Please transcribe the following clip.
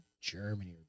Germany